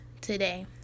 Today